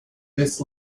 this